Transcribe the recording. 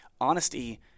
honesty